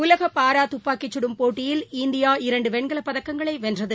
உலக பாரா துப்பாக்கிசுடும் போட்டியில் இந்தியா இரண்டு வெண்கலப்பதக்கங்களை வென்றது